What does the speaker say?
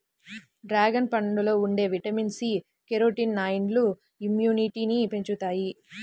dragon పండులో ఉండే vitamin C, కెరోటినాయిడ్లు ఇమ్యునిటీని పెంచుతాయి